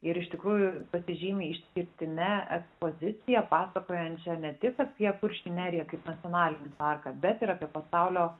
ir iš tikrųjų pasižymi išskirtine ekspozicija pasakojančia ne tik apie kuršių neriją kaip nacionalinį parką bet ir apie pasaulio